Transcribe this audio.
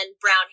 brown